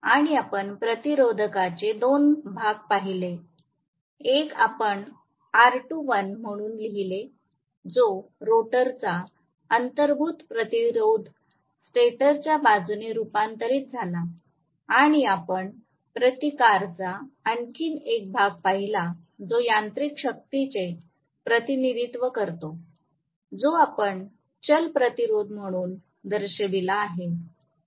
आणि आपण प्रतिरोधकाचे 2 भाग लिहिले एक आपण R2l म्हणून लिहिले जो रोटरचा अंतर्भूत प्रतिरोध स्टेटरच्या बाजूने रूपांतरित झाला आणि आपण प्रतिकारचा आणखी एक भाग लिहिला जो यांत्रिक शक्तीचे प्रतिनिधित्व करतो जो आपण चल प्रतिरोध म्हणून दर्शविला आहे